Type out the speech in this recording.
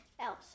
else